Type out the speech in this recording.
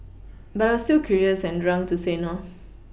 but I was too curious and drunk to say no